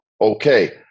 okay